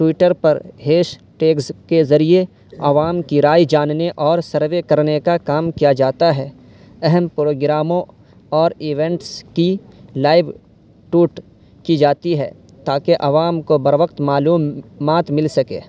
Twitter پر hashtags کے ذریعے عوام کی رائے جاننے اور سروے کرنے کا کام کیا جاتا ہے اہم پروگراموں اور ایوینٹس کی لائیو ٹویٹ کی جاتی ہے تاکہ عوام کو بروقت معلومات مل سکے